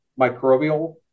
microbial